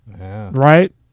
Right